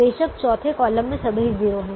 बेशक चौथे कॉलम में सभी 0 हैं